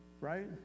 right